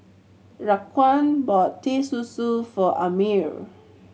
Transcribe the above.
Raquan bought Teh Susu for Amir